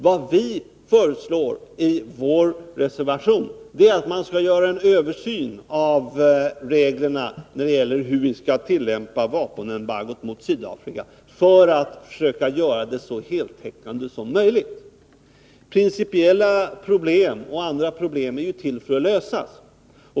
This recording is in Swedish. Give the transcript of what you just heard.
Vad vi föreslår i vår reservation är att man skall göra en översyn av reglerna för hur vi skall tillämpa vapenembargot mot Sydafrika för att försöka göra det så heltäckande som möjligt. Principiella problem — och andra problem — är ju till för att lösas.